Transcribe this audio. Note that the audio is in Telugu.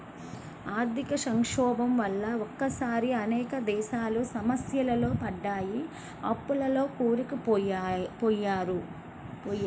ఆర్థిక సంక్షోభం వల్ల ఒకేసారి అనేక దేశాలు సమస్యల్లో పడ్డాయి, అప్పుల్లో కూరుకుపోయారు